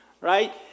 right